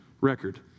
record